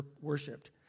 worshipped